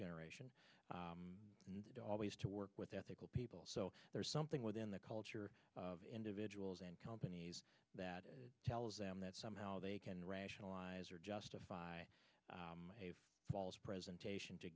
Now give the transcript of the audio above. generation and always to work with ethical people so there's something within the culture of individuals and companies that tells them that somehow they can rationalize or justify presentation to